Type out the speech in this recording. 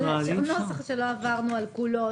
כי יש נוסח שלא עברנו על כולו,